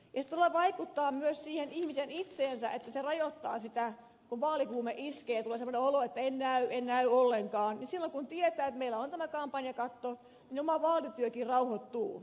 ja se todella vaikuttaa myös siihen ihmiseen itseensä että se rajoittaa sitä kun vaalikuume iskee tulee semmoinen olo että en näy en näy ollenkaan niin silloin kun tietää että meillä on tämä kampanjakatto niin oma vaalityökin rauhoittuu